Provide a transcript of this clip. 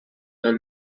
dans